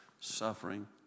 suffering